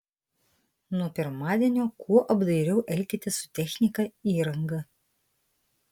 nuo pirmadienio kuo apdairiau elkitės su technika įranga